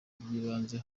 by’ibanze